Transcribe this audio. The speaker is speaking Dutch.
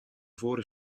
voren